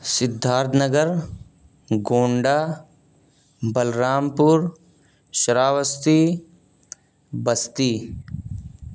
Siddharth Nagar Gonda Balrampur Shravasti Basti